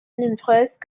nombreuses